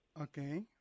Okay